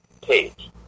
page